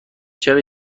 چرا